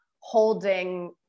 holding